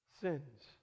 Sins